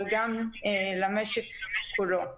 אבל גם למשק כולו.